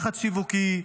לחץ שיווקי,